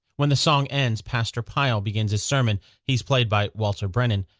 when the song ends, pastor pile begins his sermon. he's played by walter brennan.